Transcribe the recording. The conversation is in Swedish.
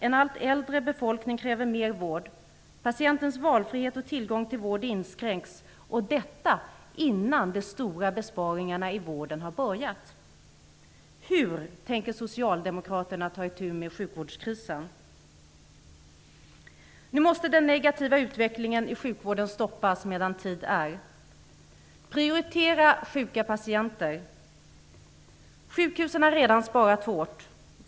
En allt äldre befolkning kräver mer vård. Patientens valfrihet och tillgång till vård inskränks - och detta innan de stora besparingarna inom vården har börjat. Hur tänker Socialdemokraterna ta itu med sjukvårdskrisen? Nu måste den negativa utvecklingen i sjukvården stoppas medan tid är: Prioritera sjuka patienter! Sjukhusen har redan sparat hårt.